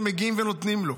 הם מגיעים ונותנים לו.